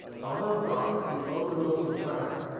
on a rock which overlooked the track,